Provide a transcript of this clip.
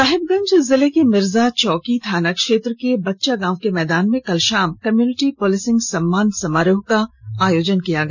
साहिबगंज जिले के मिर्जा चौकी थाना क्षेत्र के बच्चा गांव के मैदान में कल शाम कम्यूनिटी प्लिसिंग सम्मान समारोह का आयोजन किया गया